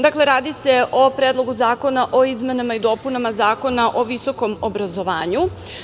Dakle, radi se o Predlogu zakona o izmenama i dopunama Zakona o visokom obrazovanju.